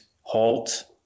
halt